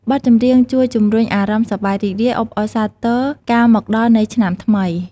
បទចម្រៀងជួយជំរុញអារម្មណ៍សប្បាយរីករាយ អបអរសាទរការមកដល់នៃឆ្នាំថ្មី។